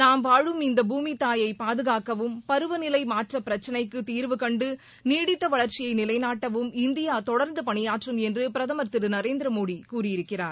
நாம் வாழும் இந்த பூமித்தாயை பாதுகாக்கவும் பருவநிலை மாற்ற பிரச்சனைக்கு தீர்வு கண்டு நீடித்த் வளர்ச்சியை நிலைநாட்டவும் இந்தியா தொடர்ந்து பணியாற்றும் என்று பிரதமர் திரு நரேந்திரமோடி கூறியிருக்கிறார்